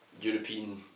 European